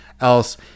else